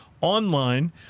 online